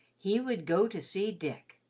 he would go to see dick.